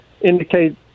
indicate